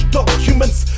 documents